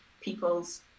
people's